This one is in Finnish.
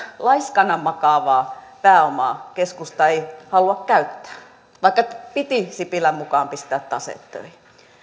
laiskana makaavaa pääomaa keskusta ei halua käyttää vaikka piti sipilän mukaan pistää taseet töihin